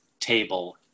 table